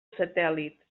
satèl·lit